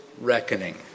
reckoning